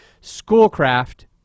schoolcraft